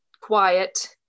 quiet